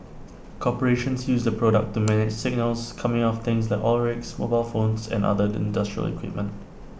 corporations use the product to manage signals coming off things like oil rigs mobile phones and other industrial equipment